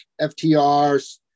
FTRs